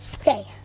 okay